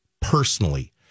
personally